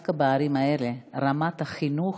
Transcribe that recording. שדווקא בערים האלה רמת החינוך,